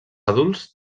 adults